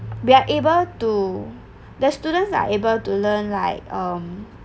we are able to the students are able to learn like um